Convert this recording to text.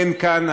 אין כאן,